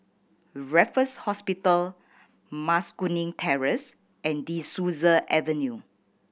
Raffles Hospital Mas Kuning Terrace and De Souza Avenue